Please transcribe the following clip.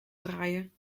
draaien